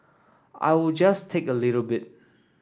I will just take a little bit